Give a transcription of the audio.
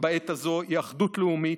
בעת הזאת הוא אחדות לאומית.